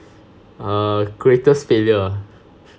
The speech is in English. err greatest failure